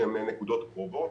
שהן נקודות קרובות.